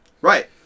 Right